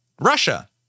Russia